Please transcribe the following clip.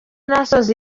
nasoza